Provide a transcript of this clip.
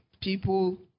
people